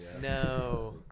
No